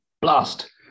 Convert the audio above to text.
Blast